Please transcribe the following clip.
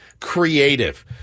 creative